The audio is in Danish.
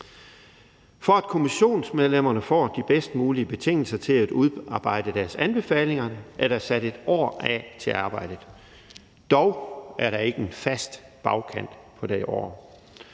For at kommissionsmedlemmerne får de bedst mulige betingelser for at udarbejde deres anbefalinger, er der sat et år af til arbejdet. Dog er der ikke en fast bagkant på dette år.